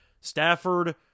Stafford